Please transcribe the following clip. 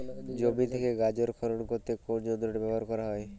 জমি থেকে গাজর খনন করতে কোন যন্ত্রটি ব্যবহার করা হয়?